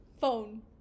Phone